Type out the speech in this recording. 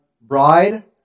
bride